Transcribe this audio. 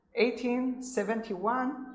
1871